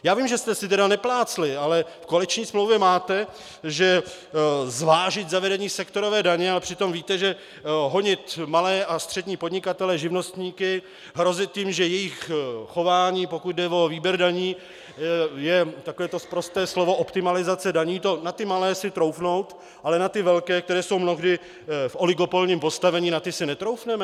Já vím, že jste si neplácli, ale v koaliční smlouvě máte, že zvážit zavedení sektorové daně, ale přitom víte, že honit malé a střední podnikatele, živnostníky, hrozit jim, že jejich chování, pokud jde o výběr daní, je takové to sprosté slovo, optimalizace daní, na ty malé si troufnout, ale na ty velké, kteří jsou mnohdy v oligopolním postavení, na ty si netroufneme?